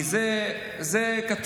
כי זה כתוב.